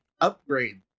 upgrade